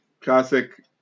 classic